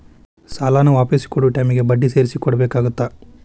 ಸಾಲಾನ ವಾಪಿಸ್ ಕೊಡೊ ಟೈಮಿಗಿ ಬಡ್ಡಿ ಸೇರ್ಸಿ ಕೊಡಬೇಕಾಗತ್ತಾ